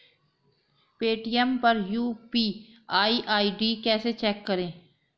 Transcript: Paytm पर UPI ID कैसे check करें?